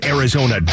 Arizona